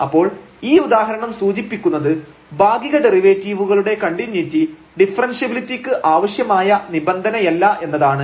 അപ്പോൾ ഈ ഉദാഹരണം സൂചിപ്പിക്കുന്നത് ഭാഗിക ഡെറിവേറ്റീവുകളുടെ കണ്ടിന്യൂയിറ്റി ഡിഫറെൻഷ്യബിലിറ്റിക്ക് ആവശ്യമായ നിബന്ധനയല്ല എന്നതാണ്